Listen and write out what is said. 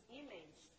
image